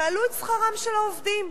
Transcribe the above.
תעלו את שכרם של העובדים,